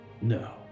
No